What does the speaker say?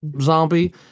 zombie